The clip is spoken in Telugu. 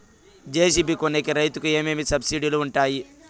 జె.సి.బి కొనేకి రైతుకు ఏమేమి సబ్సిడి లు వుంటాయి?